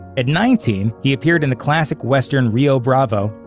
at nineteen, he appeared in the classic western rio bravo,